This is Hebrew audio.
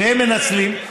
והם מנצלים,